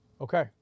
Okay